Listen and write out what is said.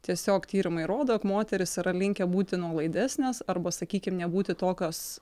tiesiog tyrimai rodo jog moterys yra linkę būti nuolaidesnės arba sakykim nebūti tokios